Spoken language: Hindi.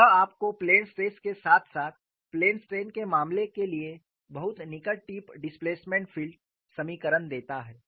तो यह आपको प्लेन स्ट्रेस के साथ साथ प्लेन स्ट्रेन के मामले के लिए बहुत निकट टिप डिस्प्लेसमेंट फील्ड समीकरण देता है